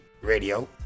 Radio